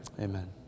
Amen